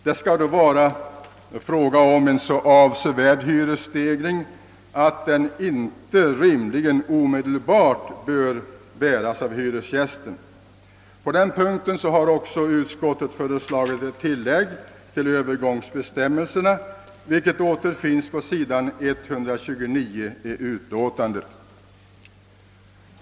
Då skall det vara fråga om en »så avsevärd hyresstegring att den inte rimligen bör omedelbart bäras av hyresgästen». Där har också utskottet föreslagit ett tillägg till Öövergångsbestämmelserna, vilket återfinnes på s. 129 i utskottets utlåtande.